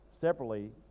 separately